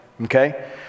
okay